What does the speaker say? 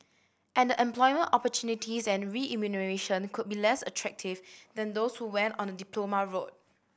and the employment opportunities and remuneration could be less attractive than those who went on a diploma route